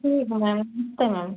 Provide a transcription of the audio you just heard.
ठीक है मैम आते हैं मैम